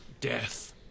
Death